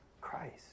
Christ